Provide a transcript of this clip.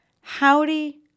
howdy